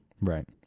Right